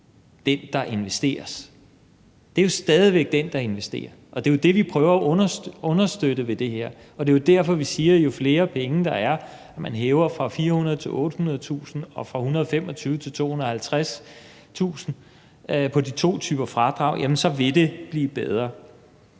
hvis det ikke går, er jo stadig væk investoren. Det er jo det, vi prøver at afhjælpe ved det her, og det er jo derfor, vi siger, at når der er flere penge, altså når man hæver fra 400.000 kr. til 800.000 kr. og fra 125.000 kr. til 250.000 kr. på de to typer fradrag, så vil det blive bedre.